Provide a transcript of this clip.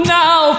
now